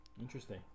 Interesting